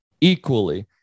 equally